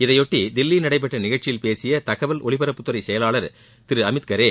இதையொட்டி தில்லியில் நடைபெற்ற நிகழ்ச்சியில் பேசிய தகவல் ஒலிபர்ப்புத்துறை செயலாளர் திரு அமித்கரே